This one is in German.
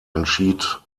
entschied